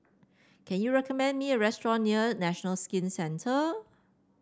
can you recommend me a restaurant near National Skin Centre